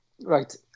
Right